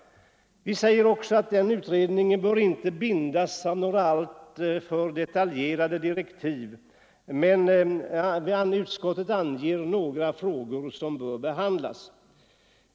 Vi säger också att utredningen inte bör bindas av några alltför detaljerade direktiv, men utskottet anger några frågor som bör behandlas.